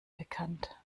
bekannt